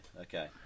okay